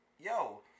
yo